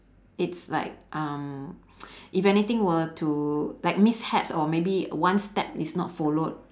it's like um if anything were to like mishaps or maybe one step is not followed